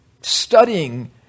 studying